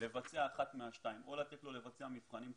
לבצע אחת משתיים: או לתת לו לבצע מבחנים חוזרים.